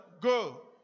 go